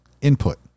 input